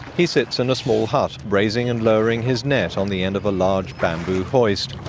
he sits in a small hut, raising and lowering his net on the end of a large bamboo hoist.